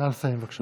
נא לסיים, בבקשה.